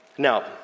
Now